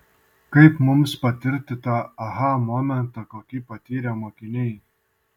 kaip mums patirti tą aha momentą kokį patyrė mokiniai